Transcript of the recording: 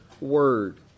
word